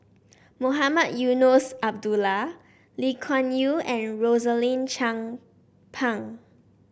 Mohamed Eunos Abdullah Lee Kuan Yew and Rosaline Chan Pang